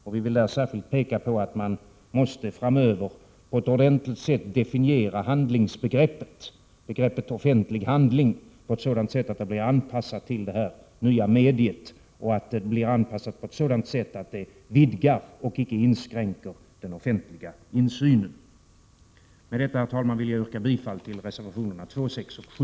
Jag vill särskilt peka på att det blir nödvändigt att framöver ordentligt definiera begreppet offentlig handling på ett sådant sätt att det blir anpassat till det nya mediet — och blir det så att det vidgar och inte inskränker den offentliga insynen. Med detta, herr talman, vill jag yrka bifall till reservationerna 2, 6 och 7.